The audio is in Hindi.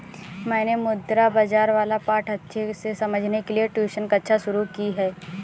मैंने मुद्रा बाजार वाला पाठ अच्छे से समझने के लिए ट्यूशन कक्षा शुरू की है